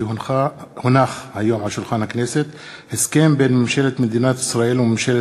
כי הונח היום על שולחן הכנסת הסכם בין ממשלת מדינת ישראל וממשלת